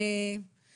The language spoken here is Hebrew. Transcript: שכמובן